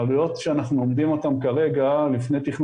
העלויות שאנחנו אומדים אותן כרגע לפני תכנון